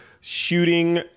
shooting